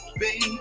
baby